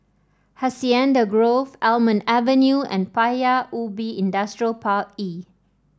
Hacienda Grove Almond Avenue and Paya Ubi Industrial Park E